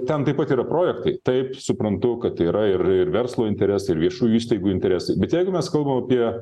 ten taip pat yra projektai taip suprantu kad tai yra ir ir verslo interesai ir viešųjų įstaigų interesai bet jeigu mes kalbam apie